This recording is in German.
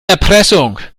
erpressung